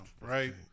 Right